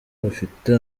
bafite